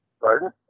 Pardon